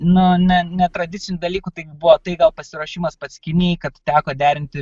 na ne netradicinių dalykų tai buvo tai gal pasiruošimas pats kinijai kad teko derinti